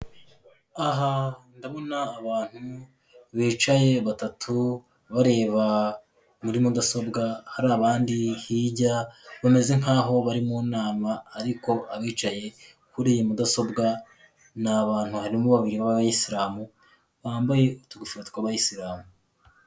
Aha ndabona abantu bicaye batatu bareba muri mudasobwa, hari abandi hirya bameze nk'aho bari mu nama ariko abicaye kuri iyi mudasobwa ni abantu harimo babiri b'abayisilamu, bambaye utugofero tw'abayisilamu.